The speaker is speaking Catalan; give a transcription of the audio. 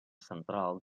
central